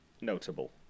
notable